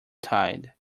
tide